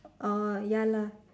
orh ya lah